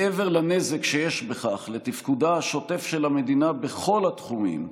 מעבר לנזק שיש בכך לתפקודה השוטף של המדינה בכל התחומים,